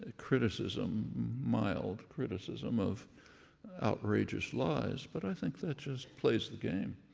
ah criticism mild criticism of outrageous lies, but i think that just plays the game.